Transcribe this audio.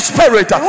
Spirit